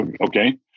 Okay